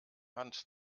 hand